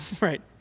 right